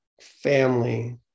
family